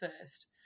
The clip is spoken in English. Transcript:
first